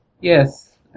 Yes